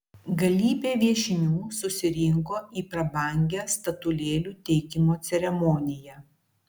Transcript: galybė viešnių susirinko į prabangią statulėlių teikimo ceremoniją